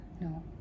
No